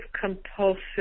compulsive